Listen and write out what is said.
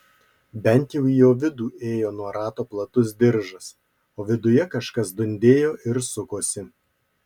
bent jau į jo vidų ėjo nuo rato platus diržas o viduje kažkas dundėjo ir sukosi